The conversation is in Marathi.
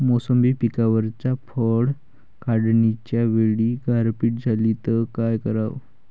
मोसंबी पिकावरच्या फळं काढनीच्या वेळी गारपीट झाली त काय कराव?